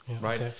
right